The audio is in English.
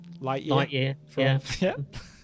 Lightyear